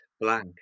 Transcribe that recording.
blank